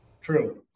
True